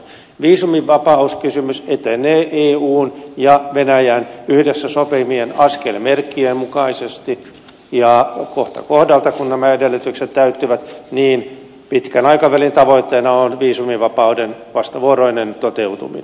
viisumivapauskysymys etenee eun ja venäjän yhdessä sopimien askelmerkkien mukaisesti ja kohta kohdalta kun nämä edellytykset täyttyvät pitkän aikavälin tavoitteena on viisumivapauden vastavuoroinen toteutuminen